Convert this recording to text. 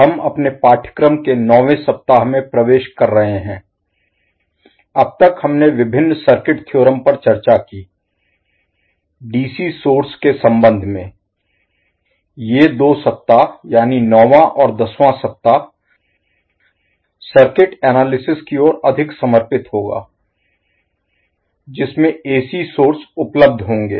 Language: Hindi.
हम अपने पाठ्यक्रम के नौवें सप्ताह में प्रवेश कर रहे हैं अब तक हमने विभिन्न सर्किट थ्योरम पर चर्चा की डीसी सोर्स स्रोत Source के संबंध में ये दो सप्ताह यानी नौवां और दसवां सप्ताह सर्किट एनालिसिस विश्लेषण Analysis की ओर अधिक समर्पित होगा जिसमें एसी सोर्स स्रोत Source उपलब्ध होंगे